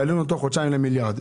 ותוך חודשיים עלינו למיליארד.